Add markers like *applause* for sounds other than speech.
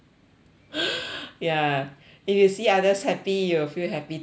*noise* ya if you see others happy you feel happy too right